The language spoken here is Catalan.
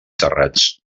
terrats